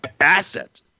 asset